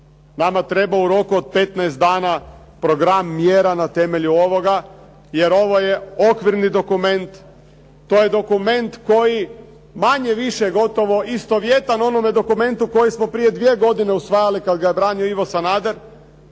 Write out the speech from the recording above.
Nama treba u roku od 15 dana program mjera na temelju ovoga jer ovo je okvirni dokument, to je dokument koji manje-više gotovo istovjetan onome dokumentu koji smo prije dvije godine usvajali kada ga je branio Ivo Sanader.